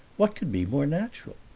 what could be more natural?